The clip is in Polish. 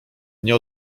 nie